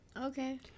okay